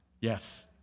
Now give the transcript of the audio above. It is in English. Yes